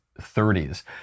30s